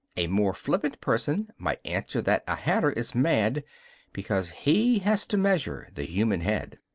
a more flippant person might answer that a hatter is mad because he has to measure the human head.